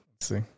see